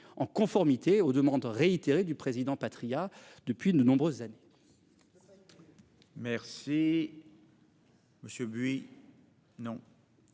en conformité aux demandes réitérées du président Patriat depuis de nombreuses années.